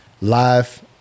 live